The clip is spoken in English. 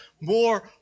more